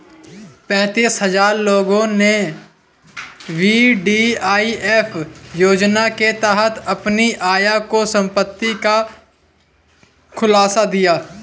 पेंतीस हजार लोगों ने वी.डी.आई.एस योजना के तहत अपनी आय और संपत्ति का खुलासा किया